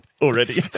Already